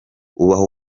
ubaho